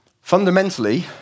Fundamentally